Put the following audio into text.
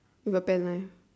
with a penknife